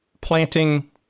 planting